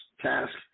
task